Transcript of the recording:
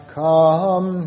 come